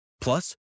Plus